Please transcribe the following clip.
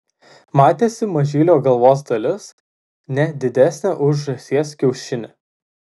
matėsi mažylio galvos dalis ne didesnė už žąsies kiaušinį